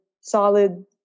solid